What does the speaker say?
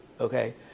okay